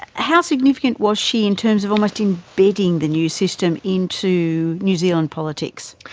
how significant was she in terms of almost embedding the new system into new zealand politics?